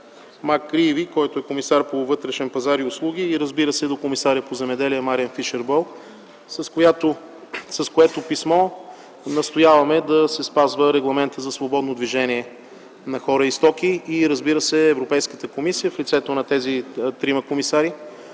Макрийви – комисар по вътрешен пазар и услуги, комисаря по земеделие Мариан Фишер Бийл, с което писмо настояваме да се спазва Регламентът за свободно движение на хора и стоки и Европейската комисия в лицето на тези трима комисари